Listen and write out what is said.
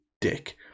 dick